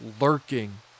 lurking